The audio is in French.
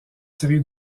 tiré